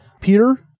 Peter